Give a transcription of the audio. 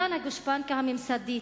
מתן הגושפנקה הממסדית